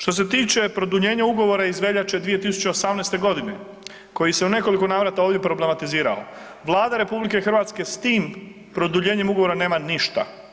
Što se tiče produljenja ugovora iz veljače 2018.g. koji se u nekoliko navrata ovdje problematizirao, Vlada RH s tim produljenjem ugovora nema ništa.